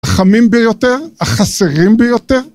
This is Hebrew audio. החמים ביותר, החסרים ביותר